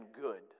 good